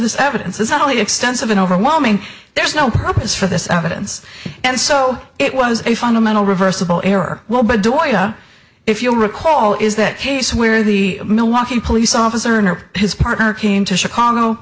this evidence is not only extensive an overwhelming there's no purpose for this evidence and so it was a fundamental reversible error well but boy if you'll recall is that case where the milwaukee police officer or his partner came to chicago